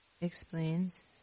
explains